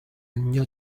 niña